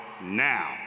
now